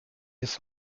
ist